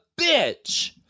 bitch